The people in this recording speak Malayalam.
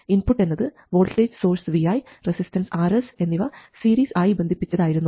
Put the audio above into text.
ഇൻപുട്ട് എന്നത് voltage source Vi resistance Rs എന്നിവ സീരിസ് ആയി ബന്ധിപ്പിച്ചത് ആയിരുന്നു